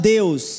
Deus